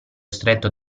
stretto